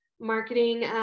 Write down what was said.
marketing